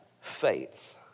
faith